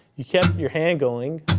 you kept your hand going,